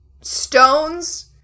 stones